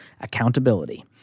accountability